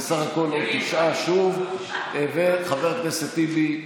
בסך הכול עוד תשעה, וחבר הכנסת טיבי,